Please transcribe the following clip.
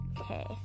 Okay